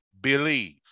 believe